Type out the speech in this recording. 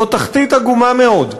זו תחתית עגומה מאוד.